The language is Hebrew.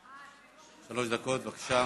שלוש דקות, בבקשה.